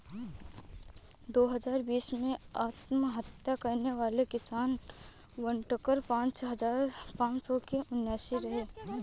दो हजार बीस में आत्महत्या करने वाले किसान, घटकर पांच हजार पांच सौ उनासी रहे